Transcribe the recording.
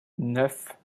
neuf